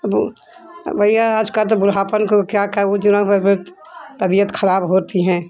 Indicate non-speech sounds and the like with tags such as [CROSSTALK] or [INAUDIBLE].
अबू हूँ भैया आज का तो बुढ़ापन को क्या क्या [UNINTELLIGIBLE] तबियत ख़राब होती है